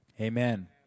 amen